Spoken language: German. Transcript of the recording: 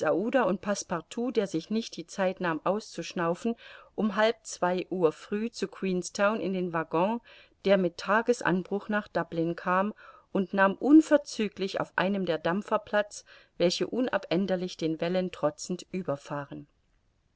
aouda und passepartout der sich nicht die zeit nahm auszuschnaufen um halb zwei uhr früh zu queenstown in den waggon der mit tagesanbruch nach dublin kam und nahm unverzüglich auf einem der dampfer platz welche unabänderlich den wellen trotzend überfahren